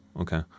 Okay